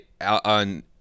on